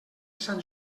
sant